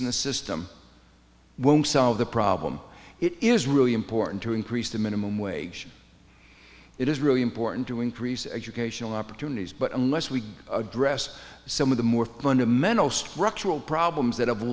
in the system won't solve the problem it is really important to increase the minimum wage it is really important to increase educational opportunities but unless we address some of the more fundamental structural problems that have